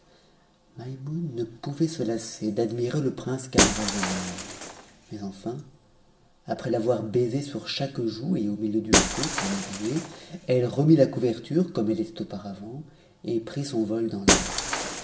maimoune ne pouvait se lasser d'admirer le prince camaralzaman mais enfin après l'avoir baisé sur chaque joue et au milieu du front sans l'éveiller elle remit la couverture comme elle était auparavant et prit son vol dans l'air